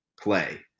play